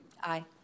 Aye